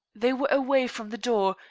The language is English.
they were away from the door,